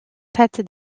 cette